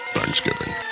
Thanksgiving